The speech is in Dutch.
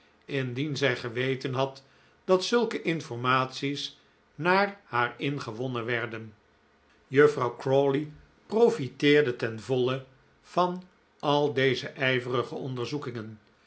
indien zij geweten had dat zulke informatics naar haar ingewonnen werden juffrouw crawley profiteerde ten voile van al deze ijverige onderzoekingen